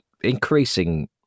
increasing